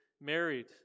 married